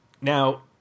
Now